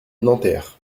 nanterre